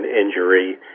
injury